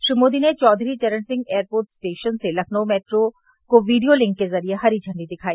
श्री मोदी ने Chaudhary Charan Singh airport station से Lucknow metro को वीडियों लिंक के जरिये हरी झंडी दिखाई